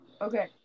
Okay